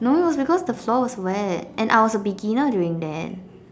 no it was because the floor was wet and I was a beginner during then